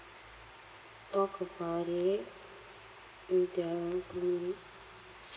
talk about it in their room